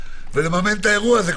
ולממן את האירוע הזה,